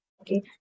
okay